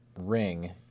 ring